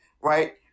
right